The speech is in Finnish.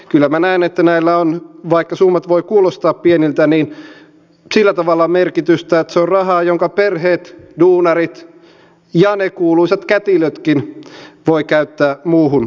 kyllä minä näen että näillä on vaikka summat voivat kuulostaa pieniltä sillä tavalla merkitystä että se on rahaa jonka perheet duunarit ja ne kuuluisat kätilötkin voivat käyttää muuhun kulutukseen